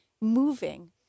moving